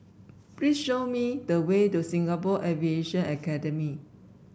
please show me the way to Singapore Aviation Academy